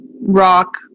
rock